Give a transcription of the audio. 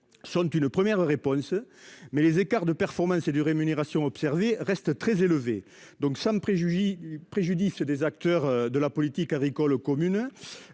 Sont une première réponse mais les écarts de performance et du rémunération. Reste très élevé, donc ça ne préjuge préjudice des acteurs de la politique agricole commune.